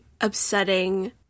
upsetting